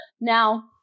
Now